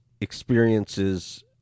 experiences